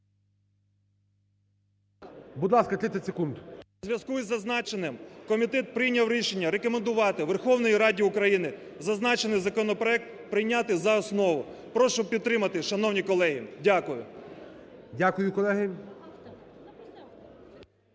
Будь ласка, 30 секунд. СИЛАНТЬЄВ Д.О. У зв'язку із зазначеним, комітет прийняв рішення, рекомендувати Верховній Раді України зазначений законопроект прийняти за основу. Прошу підтримати, шановні колеги. Дякую. ГОЛОВУЮЧИЙ. Дякую, колеги.